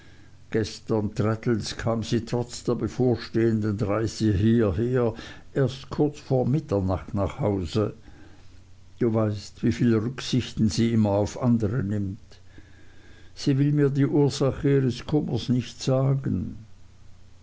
gestern traddles kam sie trotz der bevorstehenden reise hierher erst kurz vor mitternacht nach hause du weißt wieviel rücksichten sie immer auf andere nimmt sie will mir die ursache ihres kummers nicht sagen